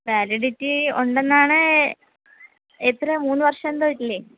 validity ഉണ്ടെന്നാണ് എത്രയാ മൂന്ന് വർഷം എന്തോ ഇല്ലേ